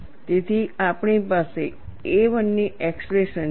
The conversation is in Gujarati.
તેથી આપણી પાસે A1 ની એક્સપ્રેશન છે